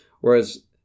Whereas